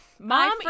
Mom